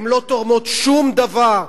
הן לא תורמות שום דבר,